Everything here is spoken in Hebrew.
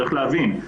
צריך להבין,